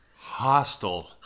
Hostile